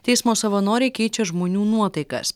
teismo savanoriai keičia žmonių nuotaikas